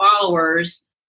followers